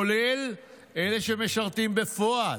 כולל אלה שמשרתים בפועל,